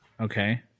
Okay